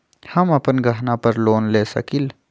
हम अपन गहना पर लोन ले सकील?